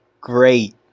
great